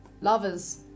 Lovers